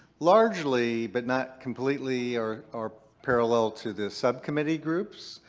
largely, but not completely are are parallel to the subcommittee groups.